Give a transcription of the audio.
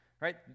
Right